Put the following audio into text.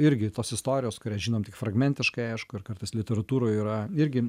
irgi tos istorijos kurią žinom tik fragmentiškai aišku ir kartais literatūroj yra irgi